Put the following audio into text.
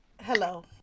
Hello